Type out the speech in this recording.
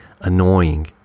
annoying